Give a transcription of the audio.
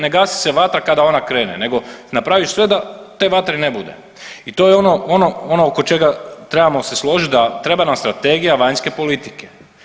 Ne gasi se vatra kada ona krene, nego napraviš sve da te vatre ne bude i to je ono oko čega trebamo se složiti da treba nam strategija vanjske politike.